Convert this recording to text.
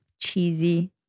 cheesy